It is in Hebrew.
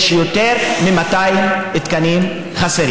חסרים יותר מ-200 תקנים.